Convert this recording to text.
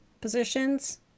positions